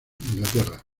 inglaterra